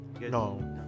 No